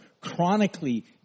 chronically